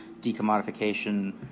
decommodification